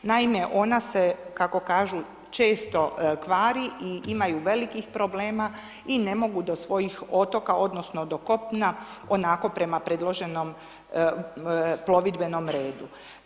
Naime, ona se kako kažu često kvari i imaju velikih problema i ne mogu do svojih otoka odnosno do kopna, onako prema predloženom plovidbenom redu.